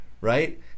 right